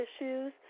issues